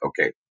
okay